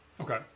okay